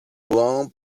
long